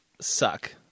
suck